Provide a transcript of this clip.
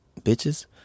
bitches